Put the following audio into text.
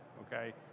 Okay